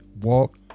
walk